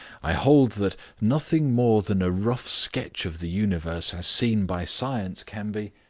i hold that nothing more than a rough sketch of the universe as seen by science can be.